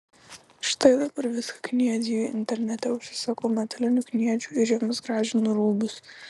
štai dabar viską kniediju internete užsisakau metalinių kniedžių ir jomis gražinu rūbus